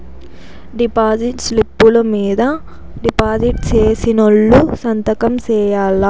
deposit స్లిప్పులు మీద deposit సేసినోళ్లు సంతకం సేయాల్ల